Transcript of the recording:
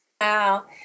wow